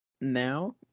now –